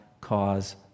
cause